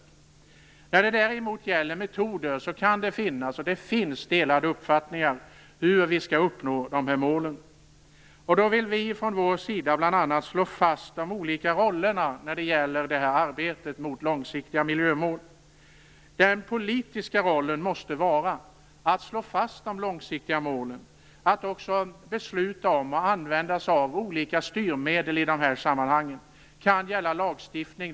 När det däremot gäller metoder kan det finnas, och det finns, delade uppfattningar om hur vi skall uppnå målen. Då vill vi från vår sida bl.a. slå fast de olika rollerna när det gäller arbetet mot långsiktiga miljömål. Den politiska rollen måste vara att slå fast de långsiktiga målen och också besluta om och använda sig av olika styrmedel i dessa sammanhang. Det kan gälla lagstiftning.